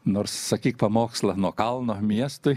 nors sakyk pamokslą nuo kalno miestui